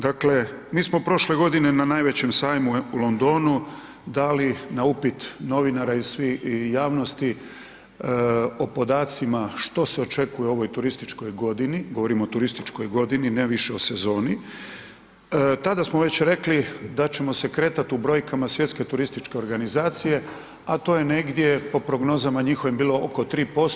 Dakle, mi smo prošle godine na najvećem sajmu u Londonu dali na upit novinara i javnosti o podacima što se očekuje u ovoj turističkoj godini, govorim o turističkoj godini, ne više o sezoni, tada smo već rekli da ćemo se kretati u brojkama Svjetske turističke organizacije, a to j negdje po prognozama njihovim bilo oko 3%